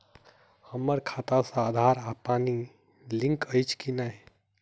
हम्मर खाता सऽ आधार आ पानि लिंक अछि की नहि?